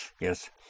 Yes